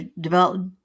develop